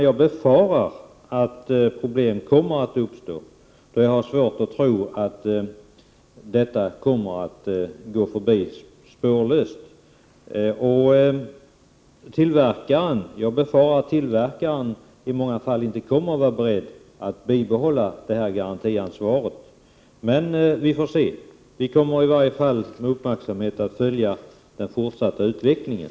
Jag befarar att problemen kommer att bestå, då jag har svårt att tro att detta kommer att gå spårlöst förbi. Jag befarar att tillverkaren i många fall inte kommer att vara beredd att behålla garantiansvaret. Vi får se. Vi kommer i varje fall att med uppmärksamhet följa den fortsatta utvecklingen.